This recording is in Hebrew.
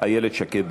איילת שקד.